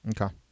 Okay